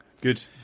Good